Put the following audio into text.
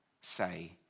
say